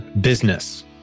business